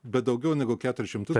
bet daugiau negu keturis šimtus